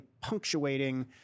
punctuating